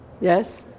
Yes